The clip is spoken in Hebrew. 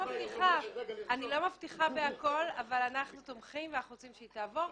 אנחנו רוצים שהיא תעבור.